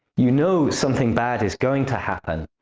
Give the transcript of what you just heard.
you know something bad is going to happen,